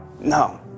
No